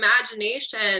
imagination